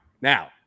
Now